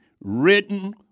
written